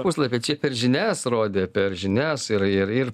puslapiai čia per žinias rodė per žinias ir ir ir